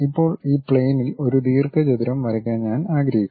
ഇപ്പോൾ ഈ പ്ലെയിനിൽ ഒരു ദീർഘചതുരം വരയ്ക്കാൻ ഞാൻ ആഗ്രഹിക്കുന്നു